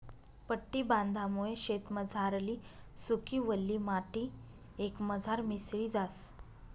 पट्टी बांधामुये शेतमझारली सुकी, वल्ली माटी एकमझार मिसळी जास